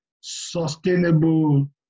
sustainable